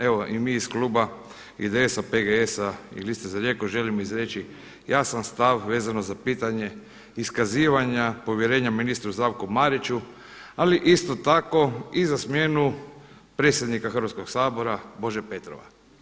Evo i mi iz kluba IDS-a, PGS-a i Liste za Rijeku želimo izreći jasan stav vezano za pitanje iskazivanja povjerenja ministru Zdravku Mariću ali isto tako i za smjenu predsjednika Hrvatskoga sabora Bože Petrova.